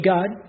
God